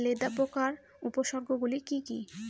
লেদা পোকার উপসর্গগুলি কি কি?